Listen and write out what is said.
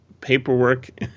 paperwork